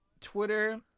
Twitter